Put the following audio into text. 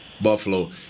Buffalo